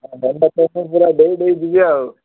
ପୁରା ଡ଼େଇଁ ଡ଼େଇଁ ଯିବି ଆଉ